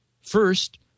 First